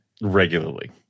regularly